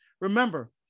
Remember